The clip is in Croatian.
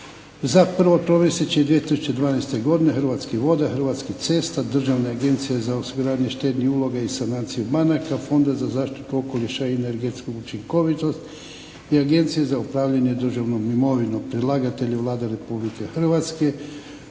za prvo tromjesečje 2012. godine: a) Hrvatskih voda a) Hrvatskih cesta a) Državne agencije za osiguranje štednih uloga i sanaciju banaka a) Fonda za zaštitu okoliša i energetsku učinkovitost a) Agencije za upravljanje državnom imovinom Predlagatelj je Vlada RH. Prijedlog akta